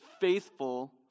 faithful